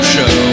Show